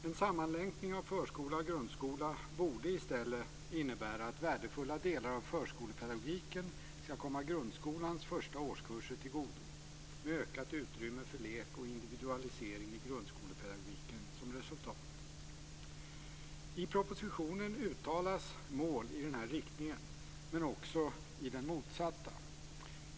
En sammanlänkning av förskola och grundskola borde i stället innebära att värdefulla delar av förskolepdagogiken skall komma grundskolans första årskurser till godo, med ökat utrymme för lek och individualisering i grundskolepedagogiken som resultat. I propositionen uttalas mål i denna riktning men också i den motsatta.